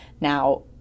Now